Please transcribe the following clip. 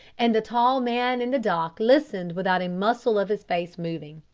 and the tall man in the dock listened without a muscle of his face moving.